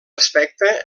aspecte